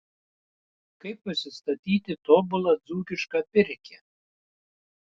kaip pasistatyti tobulą dzūkišką pirkią